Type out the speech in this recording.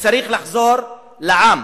וצריך לחזור לעם.